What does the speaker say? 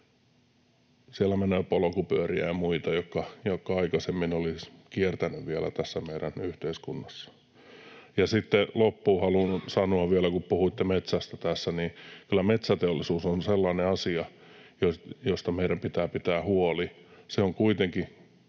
Siellä menee polkupyöriä ja muita, jotka aikaisemmin olisivat kiertäneet vielä tässä meidän yhteiskunnassa. Sitten loppuun haluan sanoa vielä, että kun puhuitte metsästä tässä, niin kyllä metsäteollisuus on sellainen asia, josta meidän pitää pitää huoli. Se on kuitenkin